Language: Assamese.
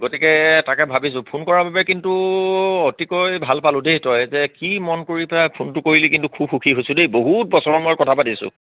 গতিকে তাকে ভাবিছোঁ ফোন কৰাৰ বাবে কিন্তু অতিকৈ ভাল পালোঁ দেই তই যে কি মন কৰি পেলাই ফোনটো কৰিলি কিন্তু খুব সুখী হৈছোঁ দেই বহুত বছৰৰ মূৰত কথা পাতিছোঁ